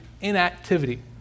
inactivity